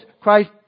Christ